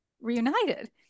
reunited